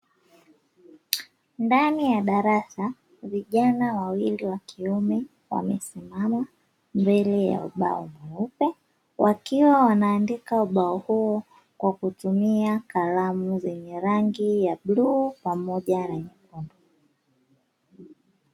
Ndani ya darasa vijana wawili wa kiume wamesimama mbele ya ubao mweupe, wakiwa wanaandika kwenye ubao huo kwa kutumia kalamu zenye rangi ya bluu pamoja na nyekundu.